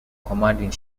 commanding